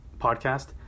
podcast